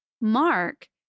mark